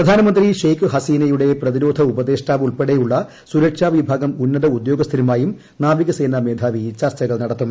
പ്രധാനമന്ത്രി ഷെയ്ഖ് ഹസീനയുടെ പ്രതിരോധ ഉപദേഷ്ടാവ് ഉൾപ്പെടെയുള്ള സുരക്ഷാവിഭാഗം ഉന്നത ഉദ്യോഗസ്ഥരുമായും നാവികസേനാ മേധാവി ചർച്ചകൾ നടത്തും